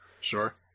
Sure